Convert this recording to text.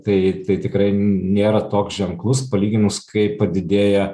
tai tai tikrai nėra toks ženklus palyginus kai padidėja